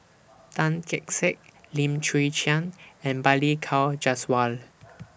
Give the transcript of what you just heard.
Tan Kee Sek Lim Chwee Chian and Balli Kaur Jaswal